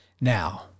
Now